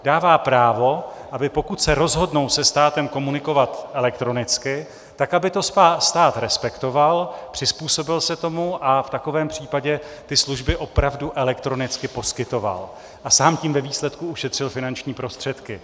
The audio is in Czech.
Dává právo, aby pokud se rozhodnou se státem komunikovat elektronicky, tak aby to stát respektoval, přizpůsobil se tomu a v takovém případě ty služby opravdu elektronicky poskytoval, a sám tím ve výsledku ušetřil finanční prostředky.